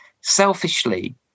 Selfishly